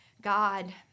God